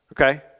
Okay